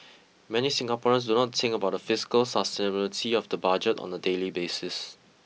many Singaporeans do not think about the fiscal sustainability of the budget on the daily basis